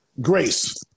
Grace